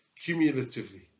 cumulatively